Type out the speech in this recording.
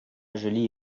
jolie